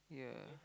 yeah